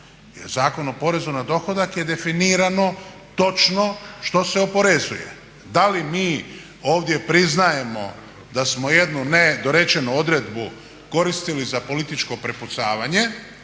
Zakonom o porezu na dohodak je definirano točno što se oporezuje. Da li mi ovdje priznajemo da smo jednu nedorečenu odredbu koristili za političko prepucavanje